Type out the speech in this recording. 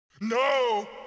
No